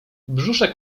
brzuszek